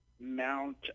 mount